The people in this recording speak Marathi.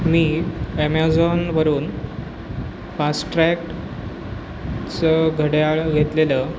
मी ॲमेझॉनवरून फास्ट्रॅगचं घड्याळ घेतलेलं